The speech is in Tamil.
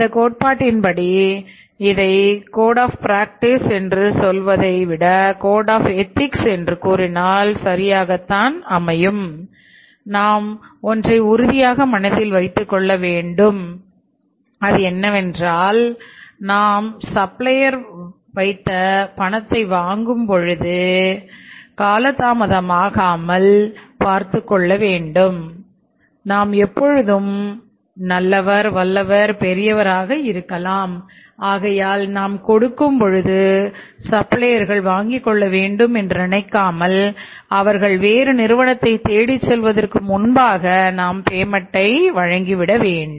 இந்தக் கோட்பாட்டின்படி இதை கோடு ஆப் ப்ராக்டீஸ்வழங்கிவிட வேண்டும்